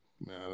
Man